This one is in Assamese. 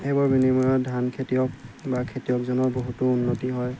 সেইবোৰৰ বিনিময়ত ধান খেতিয়ক বা খেতিয়কজনৰ বহুতো উন্নতি হয়